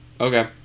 Okay